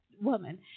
woman